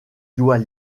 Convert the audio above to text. doit